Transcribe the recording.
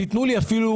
תנו לי אפילו,